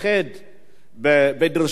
בדרישה חד-משמעית